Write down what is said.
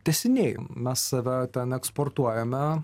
tęsiniai mes save ten eksportuojame